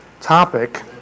topic